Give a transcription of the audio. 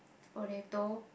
potato